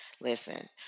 Listen